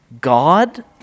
God